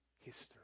history